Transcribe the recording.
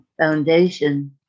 Foundation